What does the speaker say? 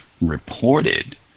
reported